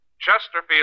Chesterfield